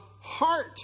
heart